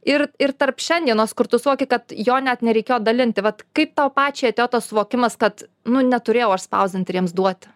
ir ir tarp šiandienos kur tu suvoki kad jo net nereikėjo dalinti vat kaip tau pačiai atėjo tas suvokimas kad nu neturėjau aš spausdinti ir jiems duoti